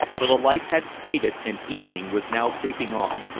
for the light had faded and evening was now creeping on.